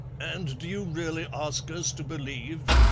and do you really ask us to believe,